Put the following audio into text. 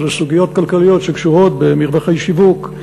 זה סוגיות כלכליות שקשורות במרווחי שיווק,